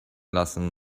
lassen